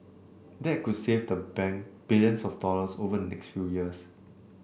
that could save the bank billions of dollars over next few years